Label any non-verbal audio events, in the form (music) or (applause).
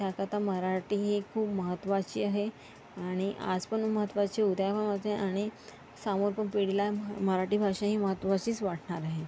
त्याकरता मराठी ही एक खूप महत्त्वाची आहे आणि आज पण महत्त्वाची उद्या पण (unintelligible) आणि सामोर पण पिढीला म्ह मराठी भाषा ही महत्त्वाचीच वाटणार आहे